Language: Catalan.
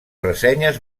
ressenyes